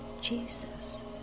Jesus